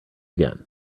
again